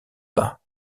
pas